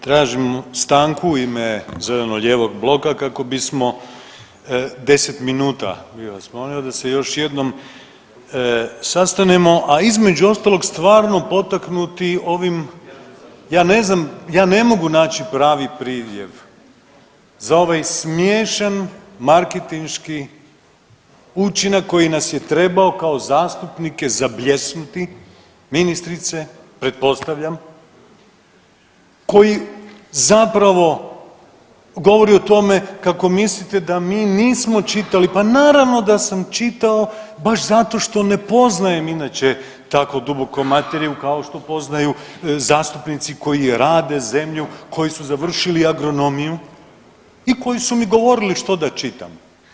Tražim stanku u ime zeleno-lijevog bloka kako bismo, 10 minuta bi vas molio da se još jednom sastanemo, a između ostalog stvarno potaknuti ovim, ja ne znam, ja ne mogu naći pravi pridjev za ovaj smiješan marketinški učinak koji nas je trebao kao zastupnike zabljesnuti ministrice pretpostavljam, koji zapravo govori o tome kako mislite da mi nismo čitali, pa naravno da sam čitao baš zato što ne poznajem inače tako duboko materiju kao što poznaju zastupnici koji rade zemlju, koji su završili agronomiju i koji su mi govorili što da čitam.